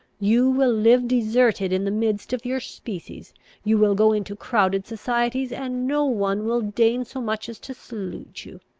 you will live deserted in the midst of your species you will go into crowded societies, and no one will deign so much as to salute you.